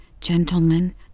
gentlemen